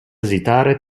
esitare